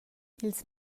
ils